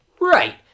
Right